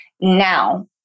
now